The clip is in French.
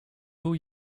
eau